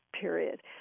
period